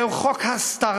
זהו חוק הסתרה,